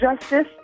justice